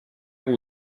will